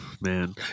Man